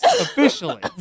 officially